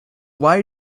why